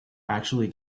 actually